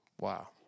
Wow